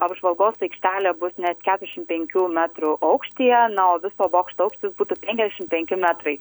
apžvalgos aikštelė bus net ketušim penkių metrų aukštyje na o viso bokšto aukštis būtų penkiasdešim penki metrai